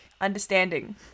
understanding